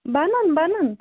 بَنن بَنن